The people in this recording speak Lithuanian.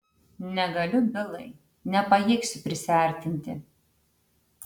negaliu bilai nepajėgsiu prisiartinti